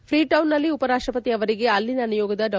Freetown ನಲ್ಲಿ ಉಪರಾಷ್ಟಪತಿ ಅವರಿಗೆ ಅಲ್ಲಿನ ನಿಯೋಗದ ಡಾ